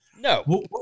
No